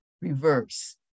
reverse